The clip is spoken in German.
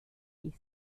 ist